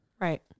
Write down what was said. Right